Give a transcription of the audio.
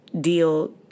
deal